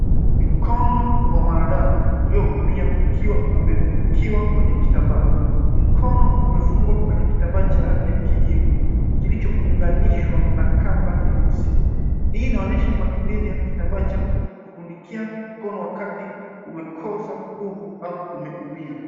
Mkono wa mwanadamu ulio umeumia ukiwa umetumbukiwa kwenye kitambaa mkono umefungwa kwenye kitambaa cha rangi ya kijivu kilichounganishwa na kamba nyeusi hii inaonyesha matumizi ya kiitambaa cha kutundikia mkono wakati umekosa nguvu au umeumia.